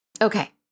Okay